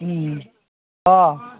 उम अह